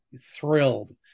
thrilled